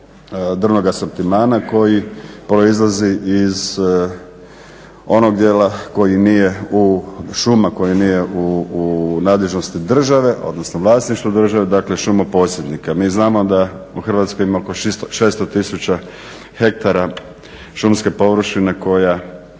drvnog asortimana koji proizlazi iz onog dijela koji nije šuma koji nije u nadležnosti države odnosno vlasništvu države dakle šumoposjednika. Mi znamo da u Hrvatskoj ima oko 600 tisuća hektara šumske površine koja